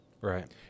right